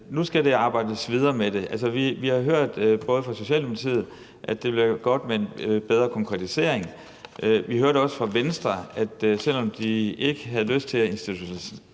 nu skal arbejdes videre med det. Altså, vi har hørt fra Socialdemokratiet, at det vil være godt med en yderligere konkretisering. Vi hørte også fra Venstre, at selv om de ikke havde lyst til at institutionalisere